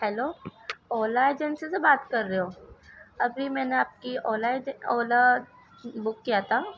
hello Ola agency سے بات کر رہے ہو ابھی میں نے آپ کی اولا اولا بک کیا تھا